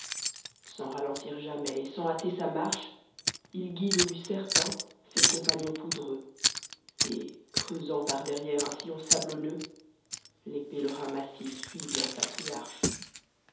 sans ralentir jamais et sans mter sa marchf il guide au but certain ses compagnons pomdfcnx et cremsant par derrière un sillon sab onneux les pmerims massifs suivent leur patriarche